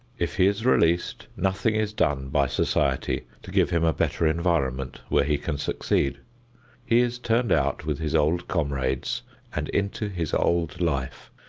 if he is released, nothing is done by society to give him a better environment where he can succeed. he is turned out with his old comrades and into his old life,